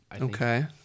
Okay